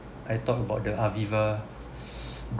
I talk about the aviva